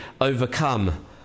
overcome